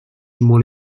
molt